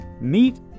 meet